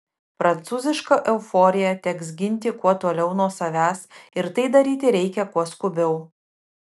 prancūzišką euforiją teks ginti kuo toliau nuo savęs ir tai daryti reikia kuo skubiau